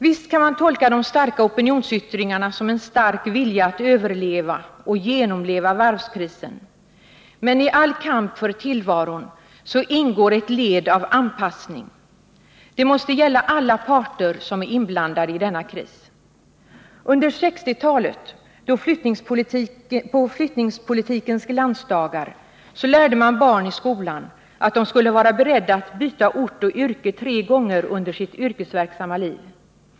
Visst kan man tolka de starka opinionsyttringarna som en stark vilja att genomleva varvskrisen, men i all kamp för tillvaron ingår ett led av anpassning. Det måste gälla alla parter som är inblandade i denna kris. På 1960-talet, under flyttningspolitikens glansdagar, lärde man barn i skolan att de skulle vara beredda att byta ort och yrke tre gånger under sitt yrkesverksamma liv.